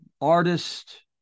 artist